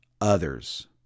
Others